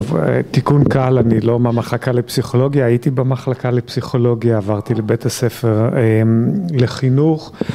תיקון קהל, אני לא מהמחלקה לפסיכולוגיה, הייתי במחלקה לפסיכולוגיה, עברתי לבית הספר לחינוך